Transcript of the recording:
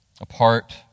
apart